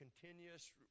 continuous